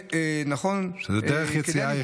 שזו דרך יציאה יחידה.